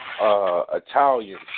Italian